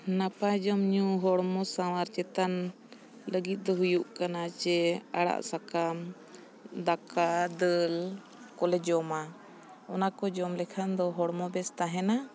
ᱱᱟᱯᱟᱭ ᱡᱚᱢ ᱧᱩ ᱦᱚᱲᱢᱚ ᱥᱟᱶᱟᱨ ᱪᱮᱛᱟᱱ ᱞᱟᱹᱜᱤᱫ ᱫᱚ ᱦᱩᱭᱩᱜ ᱠᱟᱱᱟ ᱡᱮ ᱟᱲᱟᱜ ᱥᱟᱠᱟᱢ ᱫᱟᱠᱟ ᱫᱟᱹᱞ ᱠᱚᱞᱮ ᱡᱚᱢᱟ ᱚᱱᱟ ᱠᱚ ᱡᱚᱢ ᱞᱮᱠᱷᱟᱱ ᱫᱚ ᱦᱚᱲᱢᱚ ᱵᱮᱥ ᱛᱟᱦᱮᱱᱟ